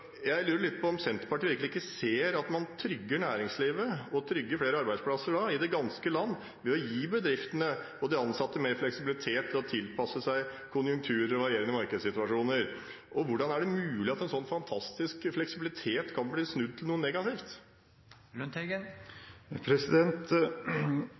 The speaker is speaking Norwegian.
Jeg lurer litt på om Senterpartiet virkelig ikke ser at man trygger næringslivet og flere arbeidsplasser i det ganske land ved å gi bedriftene og de ansatte mer fleksibilitet til å tilpasse seg konjunkturer og varierende markedssituasjoner. Hvordan er det mulig at en sånn fantastisk fleksibilitet kan bli snudd til noe negativt?